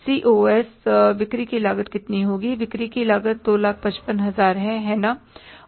COS बिक्री की लागत कितनी होगी बिक्री की लागत 255000 है है ना